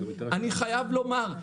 אני חייב לומר,